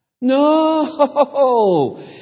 No